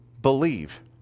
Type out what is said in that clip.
believe